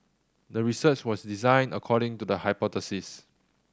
the research was designed according to the hypothesis